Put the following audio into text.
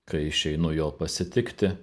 kai išeinu jo pasitikti